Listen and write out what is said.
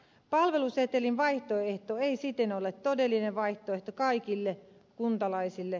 palvelusetelin vaihtoehto ei siten ole todellinen vaihtoehto kaikille kuntalaisille